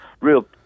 Real